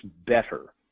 better